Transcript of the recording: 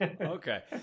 Okay